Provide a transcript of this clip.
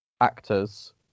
actors